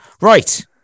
Right